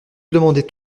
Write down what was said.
demandait